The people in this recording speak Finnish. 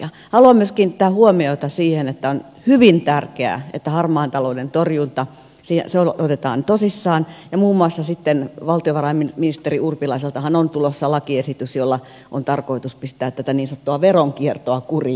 haluan myös kiinnittää huomiota siihen että on hyvin tärkeää että harmaan talouden torjunta otetaan tosissaan ja muun muassa sitten valtiovarainministeri urpilaiseltahan on tulossa lakiesitys jolla on tarkoitus pistää tätä niin sanottua veronkiertoa kuriin